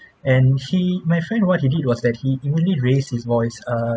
and he my friend what he did was that he he only raise his voice err